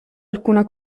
alcuna